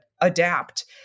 adapt